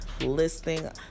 listening